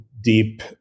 deep